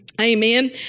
Amen